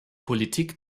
politik